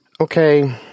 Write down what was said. okay